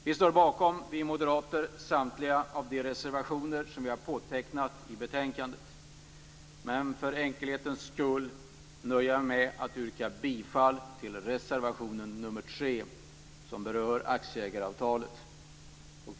Vi moderater står bakom samtliga reservationer i detta betänkande som vi har undertecknat men för enkelhetens skull nöjer jag mig med att yrka bifall till reservation nr 3 som berör aktieägaravtalet.